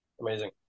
Amazing